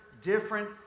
different